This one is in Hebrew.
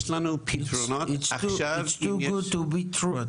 יש לנו פתרונות עכשיו --- Its too good to be true.